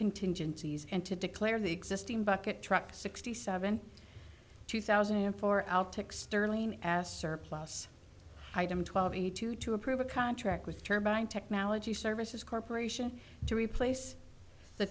contingencies and to declare the existing bucket truck sixty seven two thousand and four sterling as surplus item twelve you two to approve a contract with turbine technology services corporation to replace the